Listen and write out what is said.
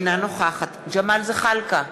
אינה נוכחת ג'מאל זחאלקה,